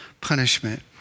punishment